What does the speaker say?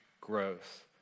growth